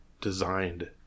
designed